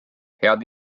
head